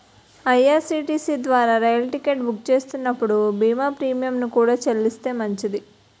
IRCTC ద్వారా రైలు ticket book చేస్తున్నప్పుడు బీమా ప్రీమియంను కూడా చెల్లిస్తే మంచిది